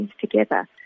together